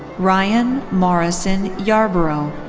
ryan morrison yarborough.